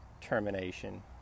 termination